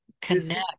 connect